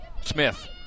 Smith